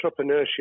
entrepreneurship